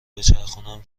بچرخونم